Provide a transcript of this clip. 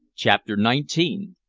chapter nineteen.